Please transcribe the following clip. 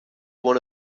one